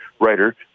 writer